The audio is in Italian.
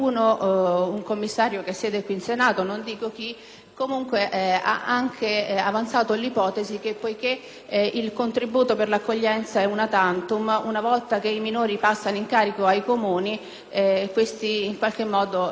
nome) ha anche avanzato l'ipotesi che, poiché il contributo per l'accoglienza è *una tantum*, una volta che i minori passano in carico ai Comuni se ne perdano le tracce.